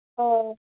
ꯑꯣ